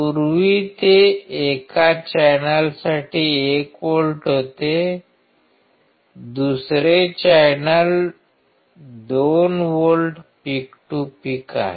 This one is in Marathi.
पूर्वी ते एका चॅनेलसाठी 1 व्होल्ट होते दुसरे channel 2 volt peak to peak आहे